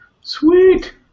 Sweet